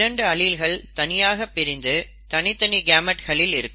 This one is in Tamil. இரண்டு அலீல்ஸ் தனியாக பிரிந்து தனி தனி கேமெட்களில் இருக்கும்